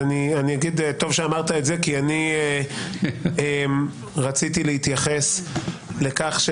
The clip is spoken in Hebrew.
טוב שאמרת את זה, כי רציתי להתייחס לכך.